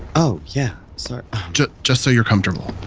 oh, yeah. sorry just just so you're comfortable